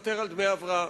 לוותר על דמי הבראה.